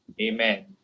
Amen